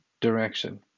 direction